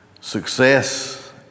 success